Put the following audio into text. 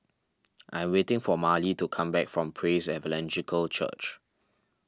I'm waiting for Marely to come back from Praise Evangelical Church